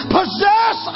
possess